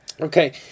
Okay